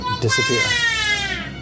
disappear